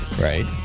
right